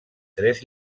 tres